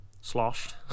sloshed